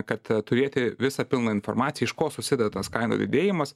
kad turėti visą pilną informaciją iš ko susideda tas kainų didėjimas